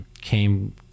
came